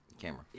camera